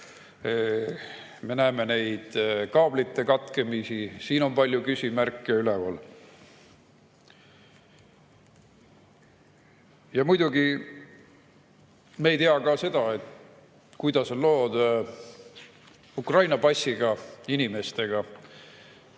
Me näeme kaablite katkemisi, siin on palju küsimärke üleval. Muidugi me ei tea ka seda, kuidas on lood Ukraina passiga inimestega.